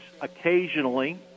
occasionally